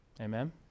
Amen